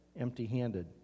empty-handed